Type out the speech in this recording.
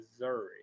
Missouri